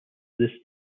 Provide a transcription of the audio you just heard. this